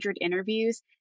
interviews